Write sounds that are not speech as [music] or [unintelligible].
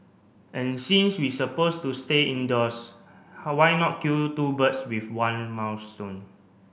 and since we supposed to stay indoors how why not kill two birds with one [unintelligible]